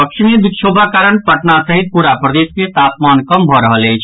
पश्चिमी विक्षोभक कारण पटना सहित पूरा प्रदेश मे तापमान कम भऽ रहल अछि